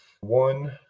One